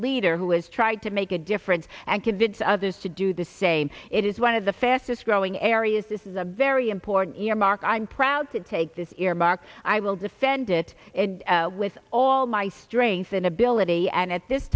leader who has tried to make a difference and convince others to do the same it is one of the fastest growing areas this is a very important earmark i'm proud to take this earmark i will defend it with all my strength and ability and at this